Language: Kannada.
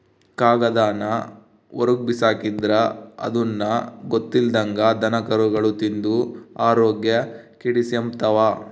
ಕಾಗದಾನ ಹೊರುಗ್ಬಿಸಾಕಿದ್ರ ಅದುನ್ನ ಗೊತ್ತಿಲ್ದಂಗ ದನಕರುಗುಳು ತಿಂದು ಆರೋಗ್ಯ ಕೆಡಿಸೆಂಬ್ತವ